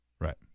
Right